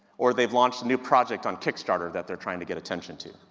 or they've launched a new project on kickstarter that they're trying to get attention to.